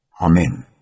amen